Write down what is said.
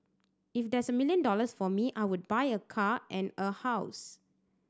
if there's a million dollars for me I would buy a car and a house